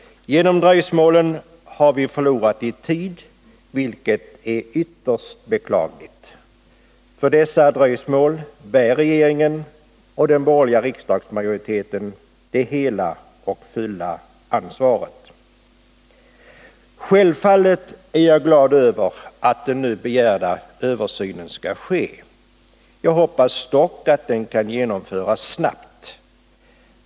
Genom dröjsmålen har vi förlorat i tid, vilket är ytterst beklagligt. För dessa dröjsmål bär regeringen och den borgerliga riksdagsmajoriteten det hela och fulla ansvaret. : Självfallet är jag glad över att den nu begärda översynen skall ske. Jag hoppas att den kan genomföras snabbt.